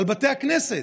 על בתי הכנסת.